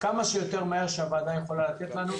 כמה שיותר מהר שהוועדה יכולה לתת לנו,